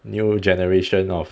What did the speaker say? new generation of